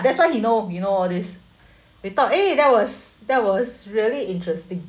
that's why he know he know all these we thought eh that was that was really interesting